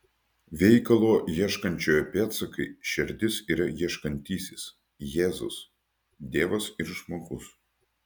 veikalo ieškančiojo pėdsakai šerdis yra ieškantysis jėzus dievas ir žmogus